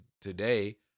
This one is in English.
today